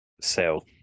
Sell